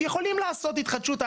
יכולים לעשות התחדשות.